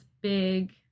big